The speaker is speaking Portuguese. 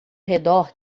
redor